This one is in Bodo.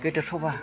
गोदो सभा